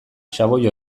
xaboi